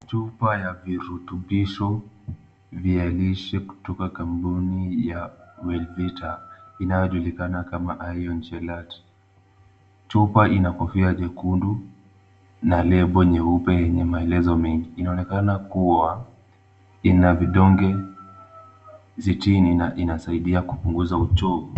Chupa ya virutubisho, vielishi kutoka kampuni ya Welveta, inayojulikana kama Irion Chelate . Chupa ina kofia jekundu, na lebo nyeupe yenye maelezo mengi. Inaonekana kuwa ina vidonge sitini na inasaidia kupunguza uchovu.